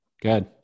good